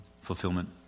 fulfillment